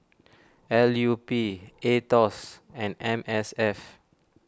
L U P Aetos and M S F